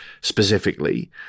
specifically